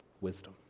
wisdom